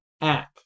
app